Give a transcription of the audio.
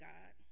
God